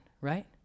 Right